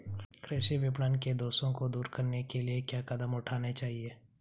कृषि विपणन के दोषों को दूर करने के लिए क्या कदम उठाने चाहिए?